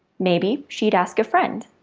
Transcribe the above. maybe she'd ask a friend,